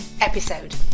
episode